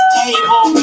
table